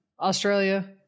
Australia